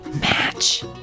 Match